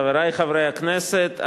חברי חברי הכנסת,